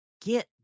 Get